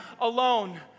alone